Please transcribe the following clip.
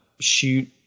shoot